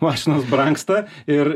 mašinos brangsta ir